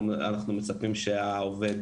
אנחנו מצפים שהעובד